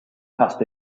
passed